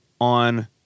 on